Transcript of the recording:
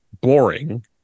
boring